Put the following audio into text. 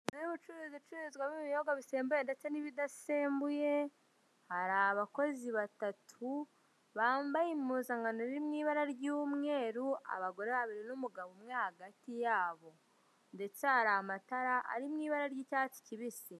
Inzu y'ubucuruzi icururizwamo ibicuruzwa ibinyobwa bisembuye ndetse n'ibidasembuye, hari abakozi batatu bambaye impuzankano iri m'ibara ry'umweru abagore babiri n'umugabo umwe hagati yabo ndetse hari amatara ari m'ibara ry'icyatsi kibisi.